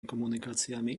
komunikáciami